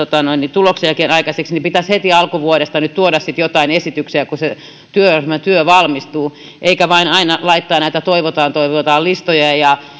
tuloksiakin aikaiseksi niin pitäisi heti alkuvuodesta nyt tuoda sitten joitain esityksiä kun se työryhmän työ valmistuu eikä vain aina laittaa näitä toivotaan toivotaan listoja ja